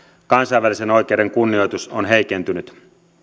kansainvälisen oikeuden kunnioitus on heikentynyt